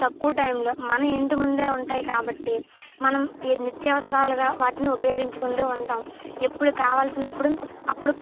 తక్కువ టైంలో మన ఇంటి ముందే ఉంటాయి కాబట్టి మనం నిత్య అవసరాలుగా వాటిని ఉపయోగించుకుంటూ ఉంటాం ఎప్పుడు కావలసినప్పుడు అప్పుడు